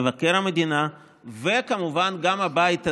מבקר המדינה וכמובן גם הבית הזה,